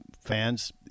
fans